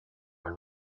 are